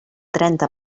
trenta